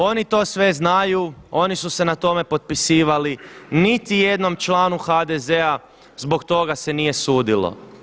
Oni to sve znaju, oni su se na tome potpisivali, niti jednom članu HDZ-a zbog toga se nije sudilo.